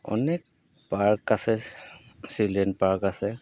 অনেক পাৰ্ক আছে children park আছে